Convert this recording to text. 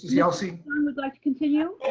yelsey. who would like to continue?